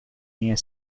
near